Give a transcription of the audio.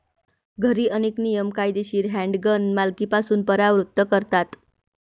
घरी, अनेक नियम कायदेशीर हँडगन मालकीपासून परावृत्त करतात